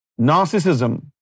narcissism